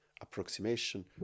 approximation